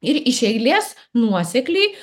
ir iš eilės nuosekliai